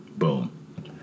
Boom